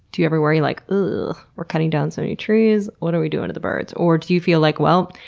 do you ever worry like, ooh, we're cutting down so many trees! what are we doing to the birds? or do you feel like, well,